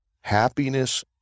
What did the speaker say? happiness